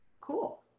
Cool